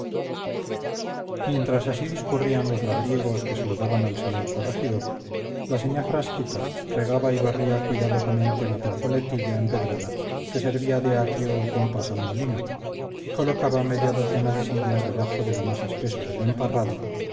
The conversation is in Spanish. mientras así discurrían los labriegos que saludaban al señor corregidor la señá frasquita regaba y barría cuidadosamente la plazoletilla empedrada que servía de atrio o compás al molino y colocaba media docena de sillas debajo de lo más espeso del emparrado